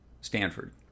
Stanford